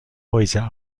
häuser